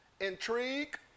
intrigue